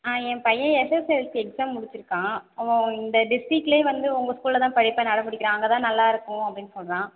ஆ என் பையன் SSLC exam முடிச்சுருக்கான் அவன் இந்த டிஸ்ட்டிக்கில் வந்து உங்கள் ஸ்கூல்லில் தான் படிப்பேன்னு அடம் பிடிக்கிறான் அங்கே தான் நல்லாயிருக்கும் அப்படினு சொல்கிறான்